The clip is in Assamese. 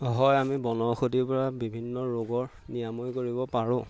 হয় আমি বনৌষধিৰ পৰা বিভিন্ন ৰোগৰ নিৰাময় কৰিব পাৰোঁ